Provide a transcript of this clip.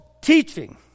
teaching